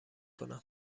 کنم